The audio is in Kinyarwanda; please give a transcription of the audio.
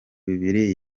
bibiri